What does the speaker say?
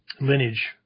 lineage